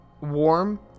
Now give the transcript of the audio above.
warm